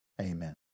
amen